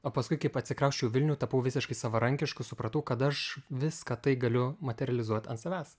o paskui kaip atsikrausčiau į vilnių tapau visiškai savarankišku supratau kad aš viską tai galiu materializuot ant savęs